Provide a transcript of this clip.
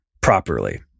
properly